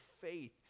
faith